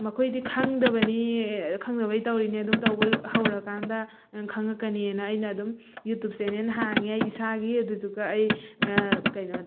ꯃꯈꯣꯏꯗꯤ ꯈꯪꯗꯕꯅꯤ ꯈꯪꯗꯕꯩ ꯇꯧꯔꯤꯅꯤ ꯑꯗꯨꯝ ꯇꯧꯕ ꯍꯧꯔꯀꯥꯟꯗ ꯈꯪꯉꯛꯀꯅꯤꯅ ꯑꯩꯅ ꯑꯗꯨꯝ ꯌꯨꯇꯨꯕ ꯆꯦꯅꯦꯜ ꯍꯥꯡꯉꯦ ꯑꯩ ꯏꯁꯥꯒꯤ ꯑꯗꯨꯗꯨꯒ ꯑꯩ ꯀꯩꯅꯣ